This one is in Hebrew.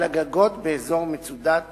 על הגגות באזור מצודת